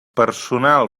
personal